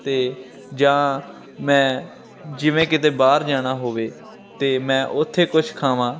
ਅਤੇ ਜਾਂ ਮੈਂ ਜਿਵੇਂ ਕਿਤੇ ਬਾਹਰ ਜਾਣਾ ਹੋਵੇ ਤਾਂ ਮੈਂ ਉੱਥੇ ਕੁਛ ਖਾਵਾਂ